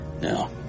Now